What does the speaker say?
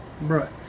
Right